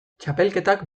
txapelketak